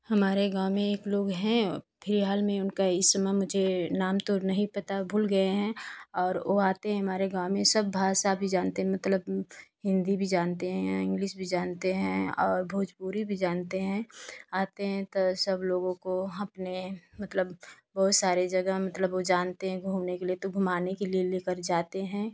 हमारे गाँव में एक लोग हैं फिलहाल में उनका इस समय मुझे नाम तो नहीं पता भूल गये हैं और वो आते हैं हमारे गाँव में सब भाषा भी जानते हैं मतलब हिंदी भी जानते हैं इंग्लिश भी जानते हैं और भोजपुरी भी जानते हैं आते हैं तो सब लोगों को अपने मतलब बहुत सारे जगह मतलब वो जानते हैं घूमने के लिए तो घुमाने के लिए लेकर जाते हैं